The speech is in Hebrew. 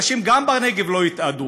אנשים גם בנגב לא יתאדו,